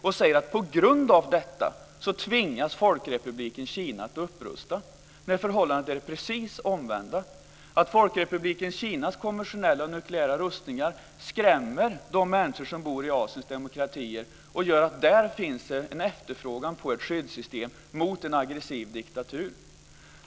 Man säger att Folkrepubliken Kina på grund av detta tvingas att upprusta, men förhållandet är precis det omvända: att Folkrepubliken Kinas konventionella och nukleära rustningar skrämmer de människor som bor i Asiens demokratier och gör att det där finns en efterfrågan på ett skyddssystem mot en aggressiv diktatur.